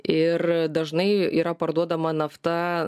ir dažnai yra parduodama nafta